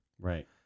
Right